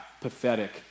pathetic